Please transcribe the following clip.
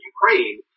Ukraine